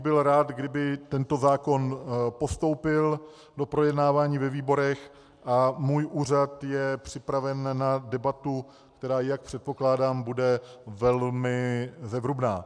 Byl bych rád, kdyby tento zákon postoupil do projednávání ve výborech, a můj úřad je připraven na debatu, která, jak předpokládám, bude velmi zevrubná.